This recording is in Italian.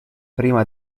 prima